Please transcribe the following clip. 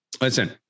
listen